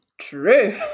True